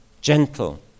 gentle